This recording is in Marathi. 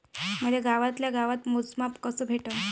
मले गावातल्या गावात मोजमाप कस भेटन?